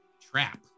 trap